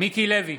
מיקי לוי,